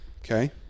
Okay